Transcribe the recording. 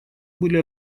были